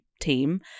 team